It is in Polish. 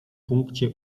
punkcie